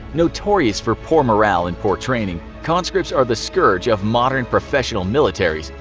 notorious for poor morale and poor training, conscripts are the scourge of modern, professional militaries,